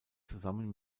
zusammen